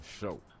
show